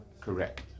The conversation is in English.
correct